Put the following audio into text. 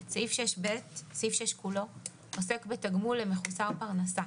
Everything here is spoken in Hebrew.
6(ב)"- -- סעיף 6 כולו עוסק בתגמול למחוסר פרנסה.